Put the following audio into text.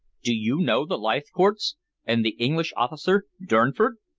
do you know the leithcourts and the english officer durnford?